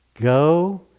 Go